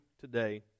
today